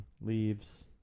Leaves